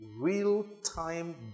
real-time